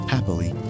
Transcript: Happily